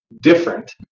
different